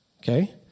Okay